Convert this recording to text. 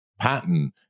pattern